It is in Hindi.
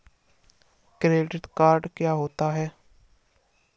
क्रेडिट कार्ड क्या होता है?